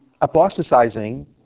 apostatizing